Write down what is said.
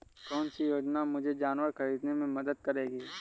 कौन सी योजना मुझे जानवर ख़रीदने में मदद करेगी?